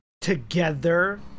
together